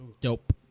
Dope